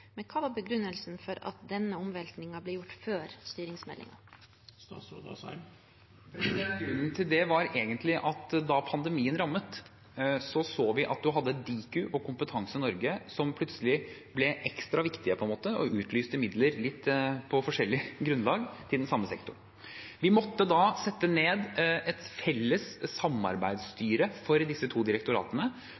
Men hva var begrunnelsen for at denne omveltningen ble gjort før styringsmeldingen? Grunnen til det var egentlig at da pandemien rammet, så vi at Diku og Kompetanse Norge, som plutselig ble ekstra viktige, utlyste midler på litt forskjellig grunnlag til den samme sektoren. Vi måtte da sette ned et felles